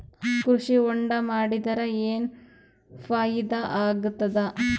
ಕೃಷಿ ಹೊಂಡಾ ಮಾಡದರ ಏನ್ ಫಾಯಿದಾ ಆಗತದ?